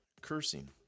cursing